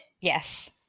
Yes